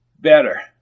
Better